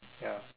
ya